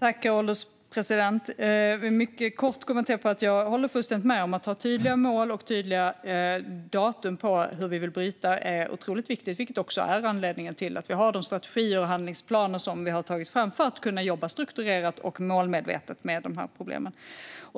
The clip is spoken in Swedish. Herr ålderspresident! Jag håller fullständigt med om att det är otroligt viktigt med tydliga mål och tydliga datum. Det är också anledningen till att det har tagits fram strategier och handlingsplaner för att kunna jobba strukturerat och målmedvetet med problemen.